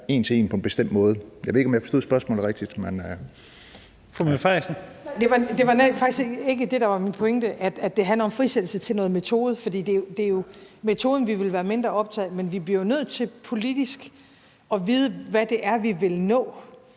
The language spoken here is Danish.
Jensen): Fru Mette Frederiksen. Kl. 15:26 Mette Frederiksen (S): Det var faktisk ikke det, der var min pointe, at det handler om frisættelse til noget metode, for det er jo metoden, vi vil være mindre optaget af. Men vi bliver jo nødt til politisk at vide, hvad det er, vi vil nå.